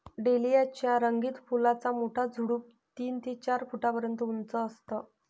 dahlia च्या रंगीत फुलांचा मोठा झुडूप तीन ते चार फुटापर्यंत उंच असतं